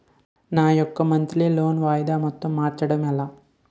నా యెక్క monthly loan వాయిదా మొత్తం మార్చడం ఎలా?